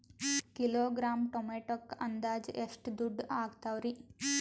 Kilogram ಟೊಮೆಟೊಕ್ಕ ಅಂದಾಜ್ ಎಷ್ಟ ದುಡ್ಡ ಅಗತವರಿ?